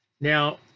Now